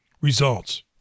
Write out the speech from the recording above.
Results